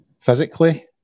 physically